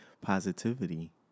positivity